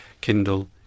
Kindle